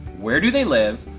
where do they live?